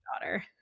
daughter